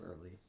early